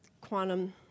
quantum